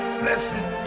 blessed